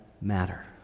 matter